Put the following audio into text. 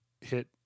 hit